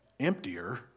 emptier